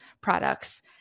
products